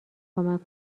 کمک